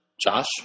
Josh